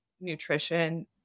nutrition